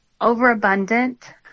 overabundant